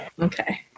Okay